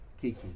Kiki